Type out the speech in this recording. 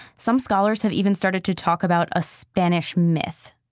some scholars have even started to talk about a spanish myth.